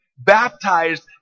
Baptized